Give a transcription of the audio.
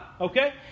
okay